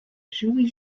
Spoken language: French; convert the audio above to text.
jouy